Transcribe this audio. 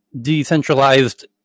decentralized